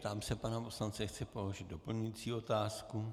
Ptám se pana poslance, zda chce položit doplňující otázku.